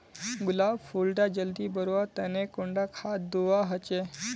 गुलाब फुल डा जल्दी बढ़वा तने कुंडा खाद दूवा होछै?